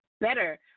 better